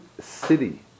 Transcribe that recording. city